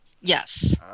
Yes